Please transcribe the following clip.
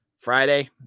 Friday